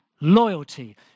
loyalty